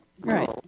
Right